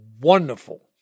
wonderful